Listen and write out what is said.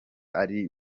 ari